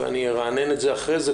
ואני ארענן אותו אחרי זה,